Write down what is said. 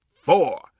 four